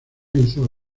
hizo